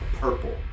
purple